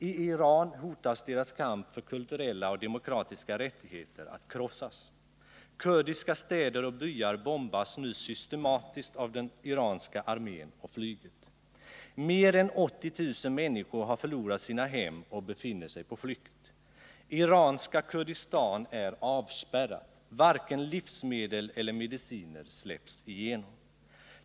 I Iran hotas det kurdiska folkets kamp för kulturella demokratiska rättigheter att krossas. Kurdiska städer och byar bombas nu systematiskt av den iranska armén och det iranska flyget. Mer än 80 000 människor har förlorat sina hem och befinner sig på flykt. Det iranska Kurdistan är avspärrat. Varken livsmedel eller medicin släpps igenom.